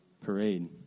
parade